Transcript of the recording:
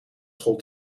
school